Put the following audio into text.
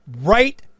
right